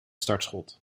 startschot